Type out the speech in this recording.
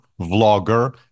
vlogger